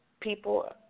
people